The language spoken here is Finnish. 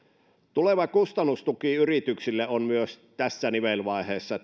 tuleva kustannustuki yrityksille on myös tässä nivelvaiheessa